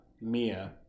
Mia